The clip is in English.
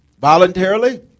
voluntarily